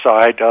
side